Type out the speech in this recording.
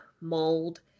mold